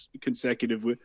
consecutive